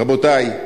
רבותי,